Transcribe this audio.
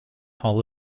hall